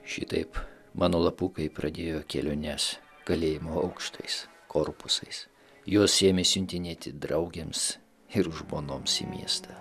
šitaip mano lapukai pradėjo keliones kalėjimo aukštais korpusais juos ėmė siuntinėti draugėms ir žmonoms į miestą